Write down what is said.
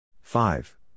Five